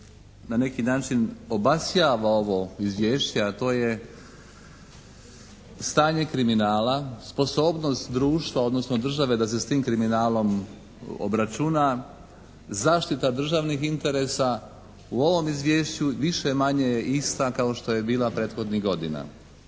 na neki način obasjava ovo Izvješće, a to je stanje kriminala, sposobnost društva, odnosno države da se s tim kriminalom obračuna, zaštita državnih interesa u ovom Izvješću više-manje je ista kao što je bila prethodnih godina.